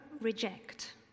reject